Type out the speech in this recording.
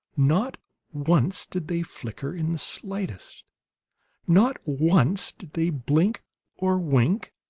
not once did they flicker in the slightest not once did they blink or wink,